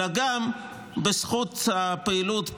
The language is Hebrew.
אלא גם בזכות הפעילות,